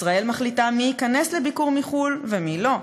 ישראל מחליטה מי ייכנס לביקור מחו"ל ומי לא,